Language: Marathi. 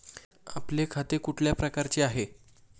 आपले खाते कुठल्या प्रकारचे आहे?